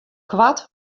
koart